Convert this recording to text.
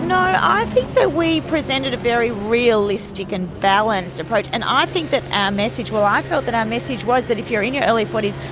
and i i think that we presented a very realistic and balanced approach and i think that our message, well, i felt that our message was that if you're in your early forty s,